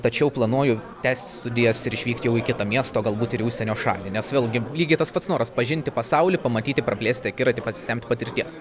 tačiau planuoju tęsti studijas ir išvykti jau į kitą miestą o galbūt ir į užsienio šalį nes vėlgi lygiai tas pats noras pažinti pasaulį pamatyti praplėsti akiratį pasisemti patirties